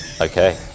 Okay